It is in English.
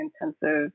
intensive